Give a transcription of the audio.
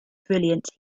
brilliance